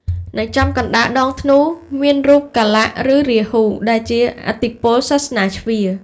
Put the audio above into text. នៅចំកណ្តាលដងធ្នូ មានរូបកាលៈ ឬរាហូ ដែលជាឥទ្ធិពលសិល្បៈជ្វា។